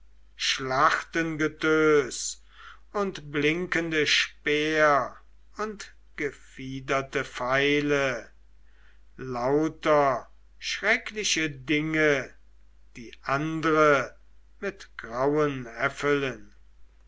schlachtengetös und blinkende speer und gefiederte pfeile lauter schreckliche dinge die andre mit grauen er